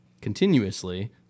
continuously